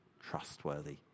trustworthy